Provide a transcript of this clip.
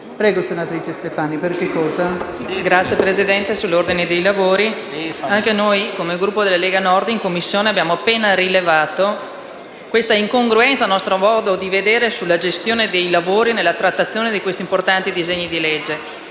Presidente, intervengo sull'ordine dei lavori. Anche noi, come Gruppo della Lega Nord, in Commissione abbiamo appena rilevato questa incongruenza, a nostro modo di vedere, sulla gestione dei lavori nella trattazione di questi importanti disegni di legge.